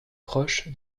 proche